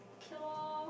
okay lor